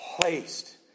placed